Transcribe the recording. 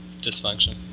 dysfunction